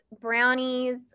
brownies